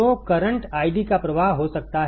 तो current ID का प्रवाह हो सकता है